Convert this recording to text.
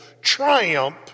triumph